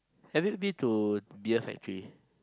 have you been to beer factory